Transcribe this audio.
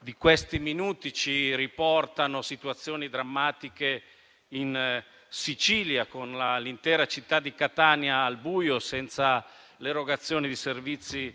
di questi minuti ci riportano situazioni drammatiche in Sicilia, con l'intera città di Catania al buio senza l'erogazione di servizi